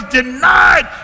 denied